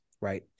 right